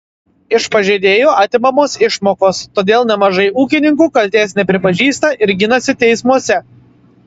iš pažeidėjų atimamos išmokos todėl nemažai ūkininkų kaltės nepripažįsta ir ginasi teismuose